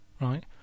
right